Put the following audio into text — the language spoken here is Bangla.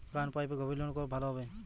কোন পাইপে গভিরনলকুপ ভালো হবে?